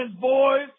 boys